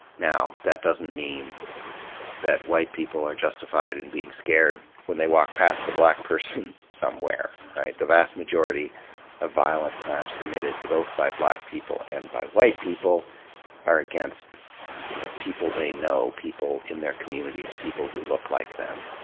now, that doesn't mean that white people are justified in being scared when they walk past a black person somewhere, right? the vast majority of violent crimes committed both by black people and by white people are against you know people they know, people in their communities, people who look like them.